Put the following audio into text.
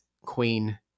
queen